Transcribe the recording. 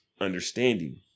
understanding